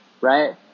right